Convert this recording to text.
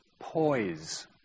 poise